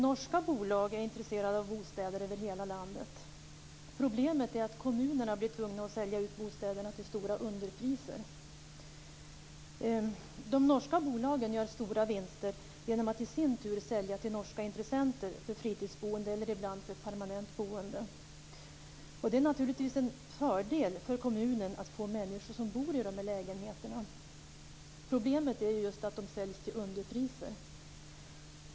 Norska bolag är intresserade av bostäder över hela landet. Problemet är att kommunerna blir tvungna att sälja ut bostäderna till kraftiga underpriser. De norska bolagen gör stora vinster genom att i sin tur sälja till norska intressenter för fritidsboende eller ibland för permanent boende. Det är naturligtvis en fördel för kommunen att få människor som bor i lägenheterna. Problemet är just att de säljs till underpriser.